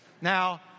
Now